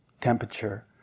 temperature